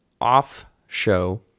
off-show